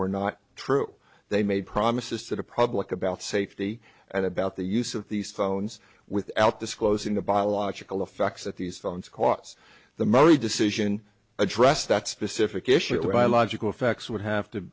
were not true they made promises that a public about safety and about the use of these phones without disclosing the biological effects that these phones cause the money decision address that specific issue a logical facts would have to